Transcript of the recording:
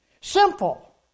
Simple